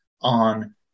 on